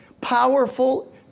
powerful